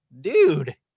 dude